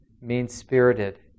mean-spirited